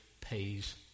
pays